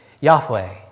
Yahweh